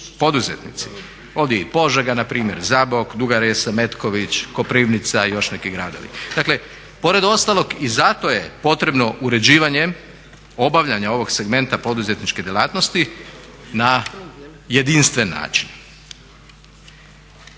poduzetnici. Ovdje je Požega npr., Zabok, Duga Resa, Metković, Koprivnica i još neki gradovi. Dakle, pored ostalog i zato je potrebno uređivanjem obavljanja ovog segmenta poduzetničke djelatnosti na jedinstven način.